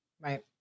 Right